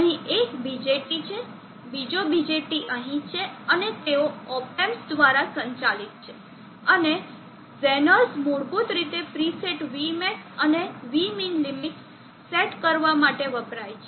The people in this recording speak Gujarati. અહીં એક BJT છે બીજો BJT અહીં છે અને તેઓ op amps દ્વારા સંચાલિત છે અને ઝેનર્સ મૂળભૂત રીતે પ્રીસેટ vmax અને vmin લિમિટ્સ સેટ કરવા માટે વપરાય છે